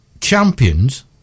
champions